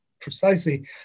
precisely